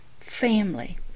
family